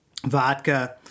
Vodka